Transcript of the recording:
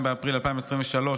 2 באפריל 2023,